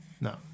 No